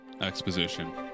exposition